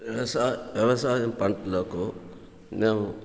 వ్యవసా వ్యవసాయం పంటలకు మేము